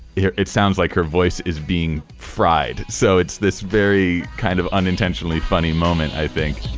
yeah it sounds like her voice is being fried. so it's this very kind of unintentionally funny moment, i think.